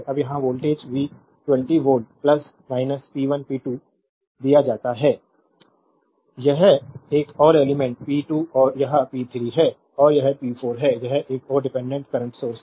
अब यहाँ voltage v 20 volt p 1 p 2 दिया जाता है यह एक और एलिमेंट्स p 2 है यह p 3 है और यह p 4 है यह एक और डिपेंडेंट करंट सोर्स है